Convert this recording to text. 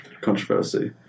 controversy